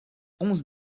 onze